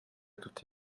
tutti